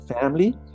family